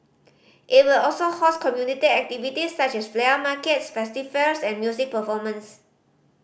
it will also host community activities such as flea markets festive fairs and music performance